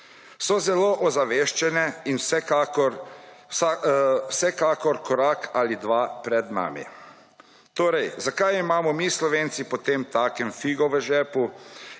So zelo ozaveščene in vsekakor korak ali dva pred nami. Torej zakaj imamo mi Slovenci potemtakem figo v žepu